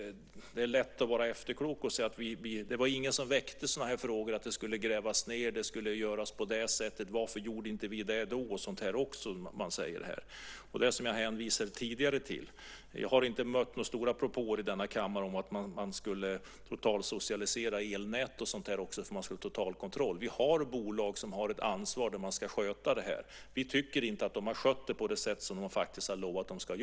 Det är lätt att vara efterklok. Det var ingen som väckte frågan att det skulle grävas eller göras på det ena eller andra sättet. Precis som jag hänvisade till tidigare har jag inte mött några propåer här i kammaren om att man skulle totalsocialisera elnätet för att få total kontroll. Vi har bolag som har ansvar för att sköta detta. Vi tycker inte att de har skött det så som de har lovat.